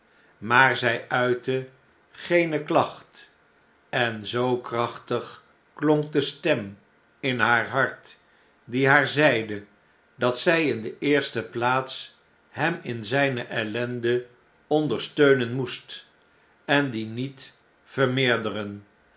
maar zjj uitte geene klacht en zoo krachtig klonk de stem in haar hart die haar zeide dat zij in de eerste plaats hem in zjjne ellende ondersteunen moest en die niet vermeerderen